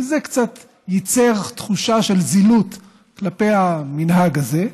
וזה קצת ייצר תחושה של זילות כלפי המנהג הזה,